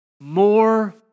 more